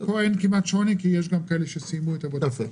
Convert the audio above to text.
יש כאלה שסיימו את עבודתם.